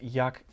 jak